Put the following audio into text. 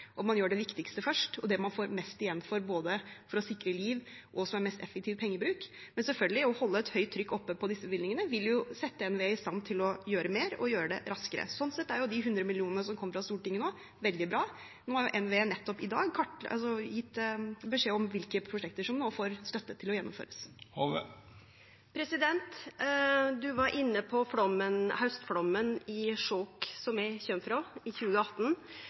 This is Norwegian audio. og at man gjør det viktigste først og det man får mest igjen for, både når det gjelder å sikre liv og det som er mest effektiv pengebruk. Men selvfølgelig: Å holde et høyt trykk oppe på disse bevilgningene vil jo sette NVE i stand til å gjøre mer, og gjøre det raskere. Sånn sett er de 100 mill. kr som kommer fra Stortinget nå, veldig bra. NVE har nettopp i dag gitt beskjed om hvilke prosjekter som nå får støtte til å gjennomføres. Statsråden var inne på haustflaumen i 2018 i Skjåk, som